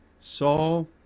Saul